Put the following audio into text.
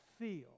feel